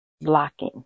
blocking